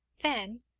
then,